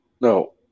no